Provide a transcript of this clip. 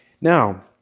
Now